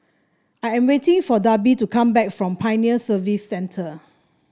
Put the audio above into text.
I am waiting for Darby to come back from Pioneer Service Centre